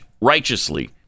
righteously